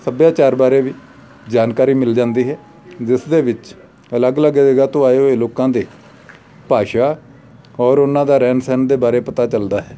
ਸੱਭਿਆਚਾਰ ਬਾਰੇ ਵੀ ਜਾਣਕਾਰੀ ਮਿਲ ਜਾਂਦੀ ਹੈ ਜਿਸ ਦੇ ਵਿੱਚ ਅਲੱਗ ਅਲੱਗ ਜਗ੍ਹਾ ਤੋਂ ਆਏ ਹੋਏ ਲੋਕਾਂ ਦੇ ਭਾਸ਼ਾ ਔਰ ਉਹਨਾਂ ਦਾ ਰਹਿਣ ਸਹਿਣ ਦੇ ਬਾਰੇ ਪਤਾ ਚੱਲਦਾ ਹੈ